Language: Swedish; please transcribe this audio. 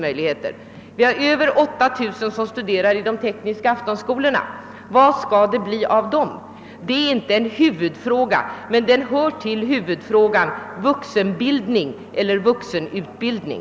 Det finns över 8000 som studerar vid de tekniska aftonskolorna. Vad skall det bli av dem? Det är inte en huvudfråga men den hör till huvudfrågan: vuxenbildning eller vuxenutbildning?